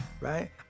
Right